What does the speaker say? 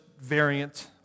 variant